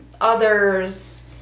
others